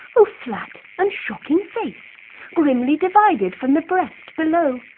o flat and shocking face grimly divided from the breast below!